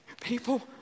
People